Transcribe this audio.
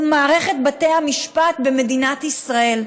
הוא מערכת בתי המשפט במדינת ישראל.